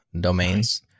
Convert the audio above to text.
domains